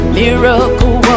miracle